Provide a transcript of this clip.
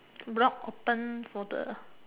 block open for the